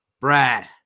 Brad